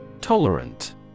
Tolerant